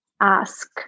ask